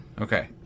Okay